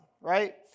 right